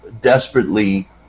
desperately